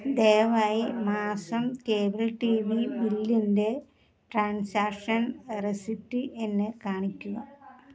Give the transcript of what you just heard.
ദയവായി മാസം cable T V ബില്ലിൻ്റെ ട്രാൻസാക്ഷൻ റെസിപ്റ്റ് എന്നെ കാണിക്കുക